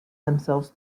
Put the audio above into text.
themselves